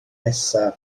nesaf